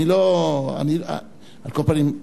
אני לא, על כל פנים,